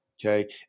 Okay